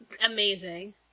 Amazing